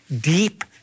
deep